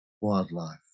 wildlife